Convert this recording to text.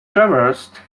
traversed